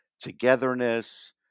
togetherness